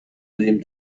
دادیم